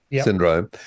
syndrome